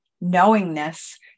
knowingness